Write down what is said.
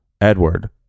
Edward